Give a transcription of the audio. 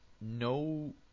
no